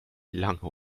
lange